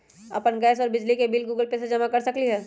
अपन गैस और बिजली के बिल गूगल पे से जमा कर सकलीहल?